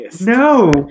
No